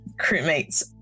crewmates